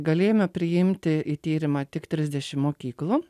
galėjome priimti į tyrimą tik trisdešim mokyklų